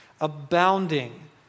abounding